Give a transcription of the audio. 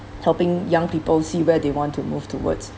helping young people see where they want to move towards